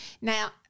now